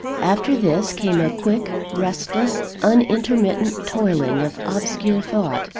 after this, came a quick, restless, unintermittent toiling of obscure thought,